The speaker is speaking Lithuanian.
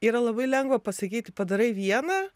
yra labai lengva pasakyti padarai vieną